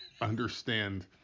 understand